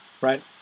right